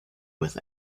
with